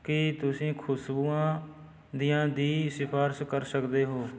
ਕੀ ਤੁਸੀਂ ਖੁਸ਼ਬੂਆਂ ਦੀਆਂ ਦੀ ਸਿਫਾਰਸ਼ ਕਰ ਸਕਦੇ ਹੋ